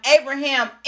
Abraham